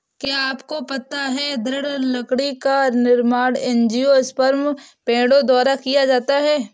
क्या आपको पता है दृढ़ लकड़ी का निर्माण एंजियोस्पर्म पेड़ों द्वारा किया जाता है?